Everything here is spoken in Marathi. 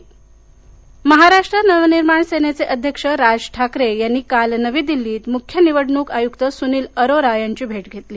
राज ठाकरे महाराष्ट्र नवनिर्माण सेनेचे अध्यक्ष राज ठाकरे यांनी काल नवी दिल्लीत मुख्य निवडणूक आयुक्त सुनील अरोरा यांची भेट घेतली